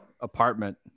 apartment